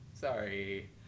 Sorry